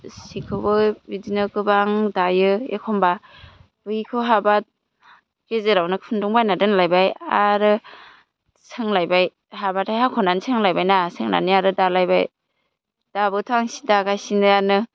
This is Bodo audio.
सिखौबो बिदिनो गोबां दायो एखम्बा बेखौ हाबा गेजेरावनो खुन्दुं बायना दोनलायबाय आरो सोंलायबाय हाबाथाय हाख'नानै सोंलायबाय ना सोंनानै आरो दालायबाय दाबोथ' आं सि दागासिनोआनो